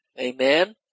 Amen